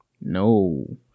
No